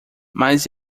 mas